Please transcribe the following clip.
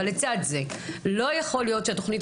אבל לצד זה לא יכול להיות שהתוכנית